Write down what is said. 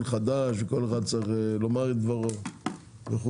חדש וכל אחד צריך לומר את דברו וכו',